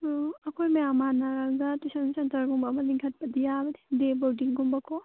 ꯑꯣ ꯑꯩꯈꯣꯏ ꯃꯌꯥꯝ ꯃꯥꯟꯅꯔꯒ ꯇ꯭ꯌꯨꯁꯟ ꯁꯦꯟꯇꯔꯒꯨꯝꯕ ꯑꯃ ꯂꯤꯡꯈꯠꯄꯗꯤ ꯌꯥꯕꯅꯦ ꯗꯦ ꯕꯣꯔꯗꯤꯡꯒꯨꯝꯕ ꯀꯣ